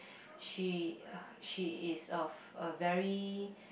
she she is of a very